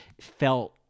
felt